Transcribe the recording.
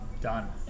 Done